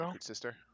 sister